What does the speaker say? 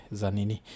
zanini